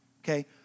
okay